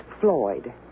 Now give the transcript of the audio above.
Floyd